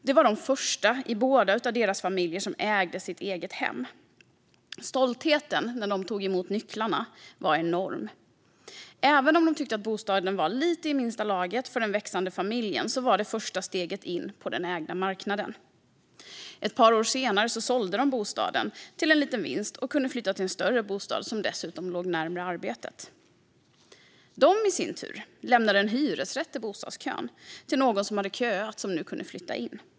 De var de första i bådas familjer som ägde sitt eget hem, och stoltheten när de tog emot nycklarna var enorm. Även om de tyckte att bostaden var lite i minsta laget för den växande familjen var det första steget in på den ägda marknaden. Ett par år senare sålde de bostaden till en liten vinst och kunde flytta till en större bostad, som dessutom låg närmare arbetet. Paret hade i sin tur lämnat en hyresrätt till bostadskön - till någon som hade köat och nu kunde flytta in.